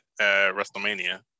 WrestleMania